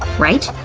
right?